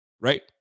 right